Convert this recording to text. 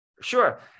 Sure